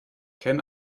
can